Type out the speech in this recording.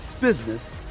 business